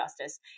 justice